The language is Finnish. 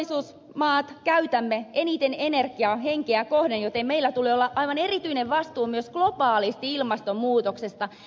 me teollisuusmaat käytämme eniten energiaa henkeä kohden joten meillä tulee olla aivan erityinen vastuu myös globaalisti ilmastonmuutoksesta